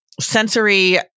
sensory